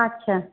আচ্ছা